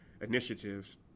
initiatives